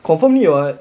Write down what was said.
confirm need want